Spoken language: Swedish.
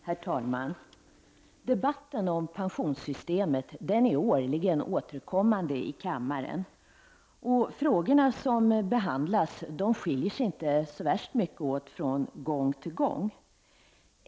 Herr talman! Debatten om pensionssystemet är årligen återkommande i kammaren. De frågor som behandlas skiljer sig inte så värst mycket åt från gång till gång.